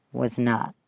was not.